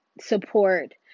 support